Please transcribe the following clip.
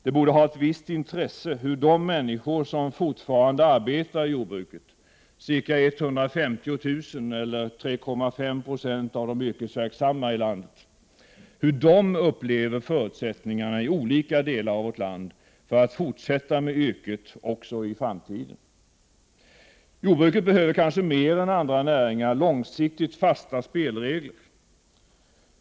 Det borde ha ett visst intresse hur de människor som fortfarande arbetar i jordbruket — ca 150 000, eller 3,5 20 av de yrkesverksamma i landet —- upplever förutsättningarna i olika delar av vårt land för att fortsätta med yrket också i framtiden. Jordbruket behöver kanske mer än andra näringar långsiktigt fasta spelregler.